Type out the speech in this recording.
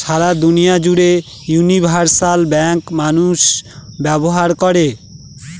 সারা দুনিয়া জুড়ে universal bank মানুষ ব্যবহার করে